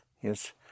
yes